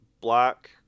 black